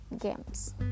games